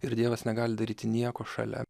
ir dievas negali daryti nieko šalia